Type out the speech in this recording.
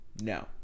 No